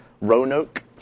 Roanoke